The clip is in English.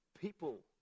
people